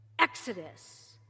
exodus